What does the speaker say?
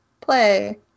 play